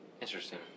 Interesting